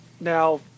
now